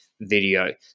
video